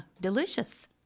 Delicious